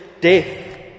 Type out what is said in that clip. death